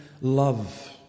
love